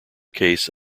case